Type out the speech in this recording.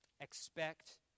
expect